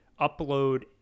upload